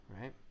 right